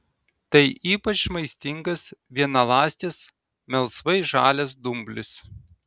tai ypač maistingas vienaląstis melsvai žalias dumblis